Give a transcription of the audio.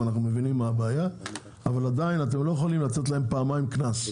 אבל עדיין אתם לא יכולים לתת להם פעמיים קנס,